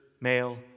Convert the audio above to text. male